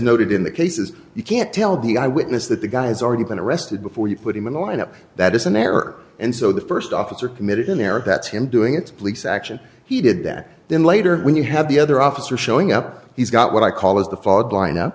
noted in the case is you can't tell the eyewitness that the guy has already been arrested before you put him in a lineup that isn't there and so the first officer committed in there that's him doing it's police action he did that then later when you have the other officer showing up he's got what i call as the fog line up